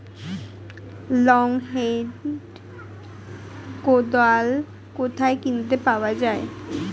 Long hand কোদাল কোথায় কিনতে পাওয়া যায়?